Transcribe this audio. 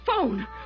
phone